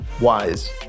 wise